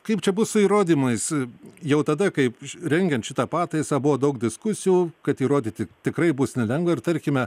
kaip čia bus su įrodymais jau tada kaip rengiant šitą pataisą buvo daug diskusijų kad įrodyti tikrai bus nelengva ir tarkime